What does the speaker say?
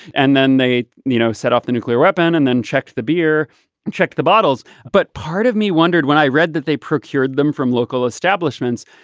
and then they you know set off the nuclear weapon and then checked the beer check the bottles. but part of me wondered when i read that they procured them from local establishments.